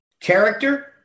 character